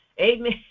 Amen